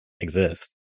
exist